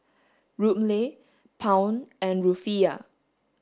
Ruble Pound and Rufiyaa